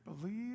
believe